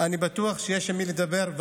אני בטוח שיש עם מי לדבר.